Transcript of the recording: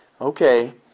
okay